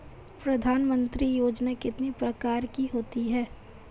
प्रधानमंत्री योजना कितने प्रकार की होती है?